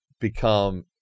become